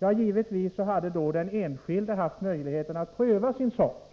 Jo, givetvis hade den enskilde då haft möjlighet att pröva sin sak